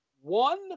one